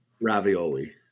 ravioli